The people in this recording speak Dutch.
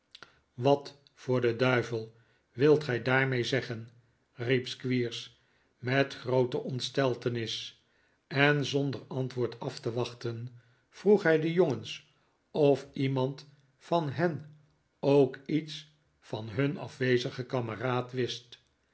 wat voor den duivel wilt gij daarmee zeggen riep squeers met groote ontsteltenis en zonder antwoord af te wachten vroeg hij de jongens of iemand van hen ook iets van hun afwezigen kameraad wist